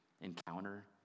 encounter